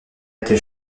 était